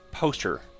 Poster